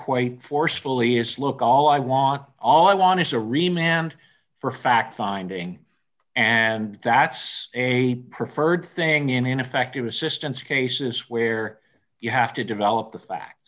quite forcefully is look all i want all i want to remember for a fact finding and that's a preferred thing in ineffective assistance cases where you have to develop the fact